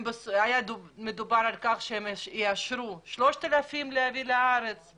היה מדובר על כך שהם יאשרו להביא לארץ 3,000